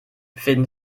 finden